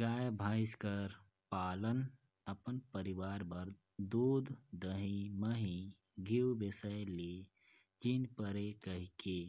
गाय, भंइस कर पालन अपन परिवार बर दूद, दही, मही, घींव बेसाए ले झिन परे कहिके